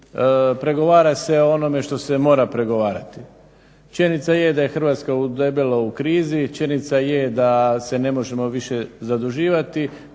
pregovara se o onome što se mora pregovarati. Činjenica je da je Hrvatska debelo u krizi, činjenica je da se ne možemo više zaduživati,